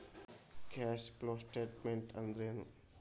Cash flow statement ಅಂದ್ರೇನು?